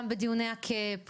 גם בדיוני הקאפ,